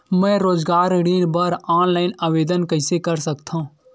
मैं रोजगार ऋण बर ऑनलाइन आवेदन कइसे कर सकथव?